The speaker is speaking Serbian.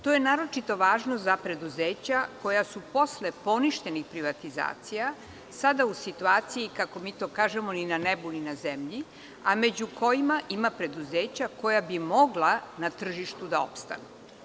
To je naročito važno za preduzeća koja su posle poništenih privatizacija sada u situaciji, kako mi to kažemo – ni na nebu, ni na zemlji, a među kojima ima preduzeća koja bi mogla na tržištu da opstanu.